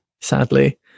sadly